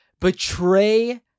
betray